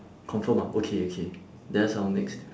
confirm ah okay okay there's our next